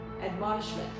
admonishment